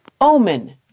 omen